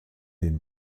den